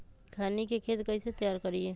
खैनी के खेत कइसे तैयार करिए?